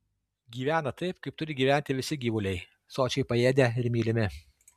gyvena taip kaip turi gyventi visi gyvuliai sočiai paėdę ir mylimi